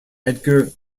edgar